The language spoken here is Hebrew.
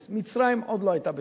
מצרים עוד לא היתה בעסק.